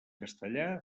castellà